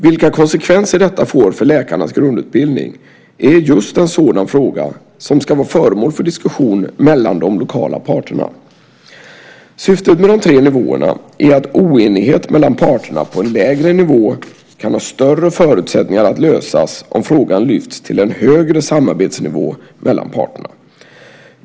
Vilka konsekvenser detta får för läkarnas grundutbildning är just en sådan fråga som ska vara föremål för diskussion mellan de lokala parterna. Syftet med de tre nivåerna är att oenighet mellan parterna på en lägre nivå kan ha större förutsättningar att lösas om frågan lyfts till en högre samarbetsnivå mellan parterna.